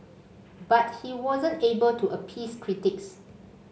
but he wasn't able to appease critics